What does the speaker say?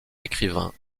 écrivain